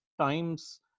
times